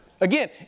Again